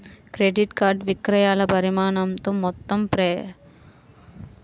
credit card విక్రయాల పరిమాణంతో మొత్తం ప్రాసెసింగ్ ఫీజులను వేరు చేస్తే వచ్చేదే ఎఫెక్టివ్ ఫీజు